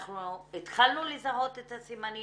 אנחנו התחלנו לזהות את הסימנים,